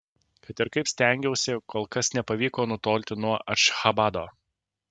kad ir kaip stengiausi kol kas nepavyko nutolti nuo ašchabado